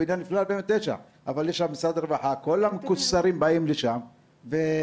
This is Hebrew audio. הבניין לפני 2009. עברנו למשרד הרווחה,